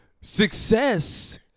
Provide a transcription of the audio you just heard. Success